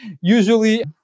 usually